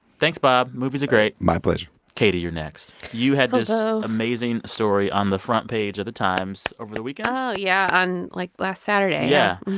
thanks, bob. movies are great my pleasure katie, you're next. you had this so amazing story on the front page of the times over the weekend? oh, yeah, on, like, last saturday yeah.